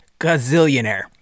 gazillionaire